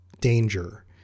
danger